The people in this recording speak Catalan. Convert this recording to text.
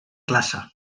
classe